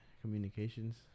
Communications